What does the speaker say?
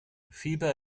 fieber